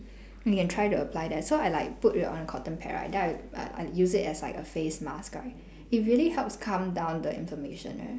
you can try to apply that so I like put it on a cotton pad right then I I I used it as like a face mask right it really helps calm down the inflammation eh